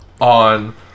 on